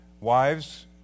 Wives